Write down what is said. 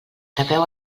tapeu